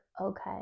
okay